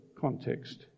context